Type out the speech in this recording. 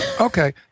Okay